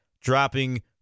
dropping